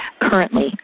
currently